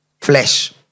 flesh